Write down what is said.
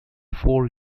four